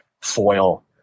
foil